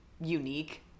unique